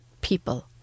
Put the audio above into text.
people